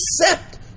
accept